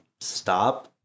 stop